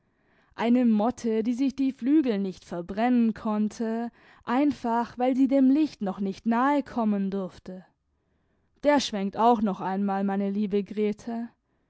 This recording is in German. eine motte die sich die flügel nicht verbrennen konnte einfach weil sie dem licht noch nicht nahe kommen durfte der schwenkt auch noch einmal meine liebe grete